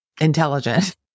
intelligent